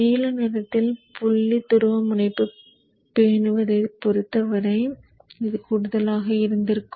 நீல நிறத்தில் புள்ளி துருவமுனைப்பு பேணுவதைப் பொறுத்தவரை இது கூடுதலாக இருந்திருக்கும்